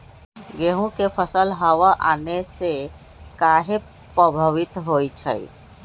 गेंहू के फसल हव आने से काहे पभवित होई छई?